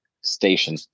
station